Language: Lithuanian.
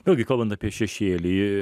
vėl gi kalbant apie šešėlį